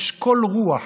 אשכול רוח.